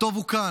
הטוב הוא כאן,